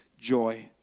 joy